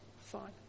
Fine